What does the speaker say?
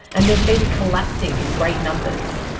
and they've been collapsing in great numbers.